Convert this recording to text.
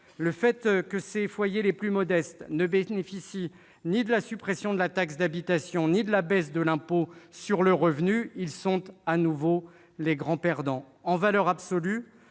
le fait que ces foyers les plus modestes ne bénéficieront ni de la suppression de la taxe d'habitation ni de la baisse de l'impôt sur le revenu, il apparaît clairement qu'ils sont de nouveau les grands perdants. En valeur absolue,